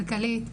כלכלית.